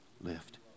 lift